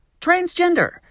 transgender